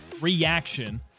reaction